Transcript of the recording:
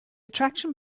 attraction